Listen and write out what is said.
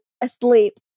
asleep